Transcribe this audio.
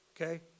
Okay